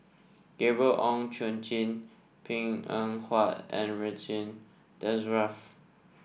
Gabriel Oon Chong Jin Png Eng Huat and Ridzwan Dzafir